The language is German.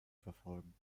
verfolgen